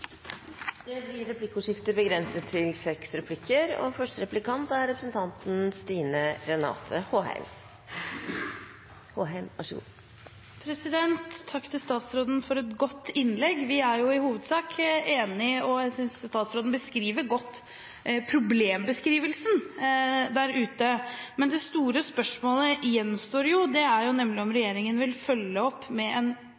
Det blir replikkordskifte. Jeg vil takke statsråden for et godt innlegg. Vi er jo i hovedsak enige, og jeg synes statsråden beskriver godt problemene der ute, men det store spørsmålet gjenstår. Det er om regjeringen vil følge opp med en